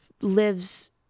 lives